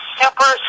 super